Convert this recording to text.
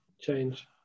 change